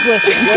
Listen